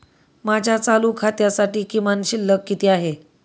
माझ्या चालू खात्यासाठी किमान शिल्लक किती आहे?